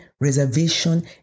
reservation